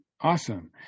awesome